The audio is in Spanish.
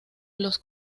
los